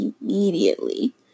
immediately